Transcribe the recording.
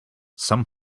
some